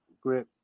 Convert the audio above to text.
great